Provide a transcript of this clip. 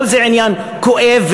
כל זה עניין כואב.